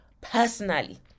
personally